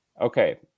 okay